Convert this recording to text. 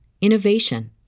innovation